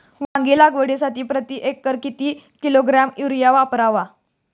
वांगी लागवडीसाठी प्रती एकर किती किलोग्रॅम युरिया वापरावा?